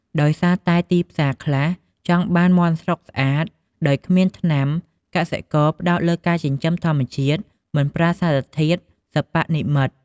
ដោយសារតែទីផ្សារខ្លះចង់បានមាន់ស្រុកស្អាត ដោយគ្មានថ្នាំ កសិករផ្តោតលើការចិញ្ចឹមធម្មជាតិ មិនប្រើសារធាតុសិប្បនិម្មិត។